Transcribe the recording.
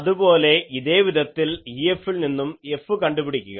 അതുപോലെ ഇതേ വിധത്തിൽ EFൽനിന്നും F കണ്ടുപിടിക്കുക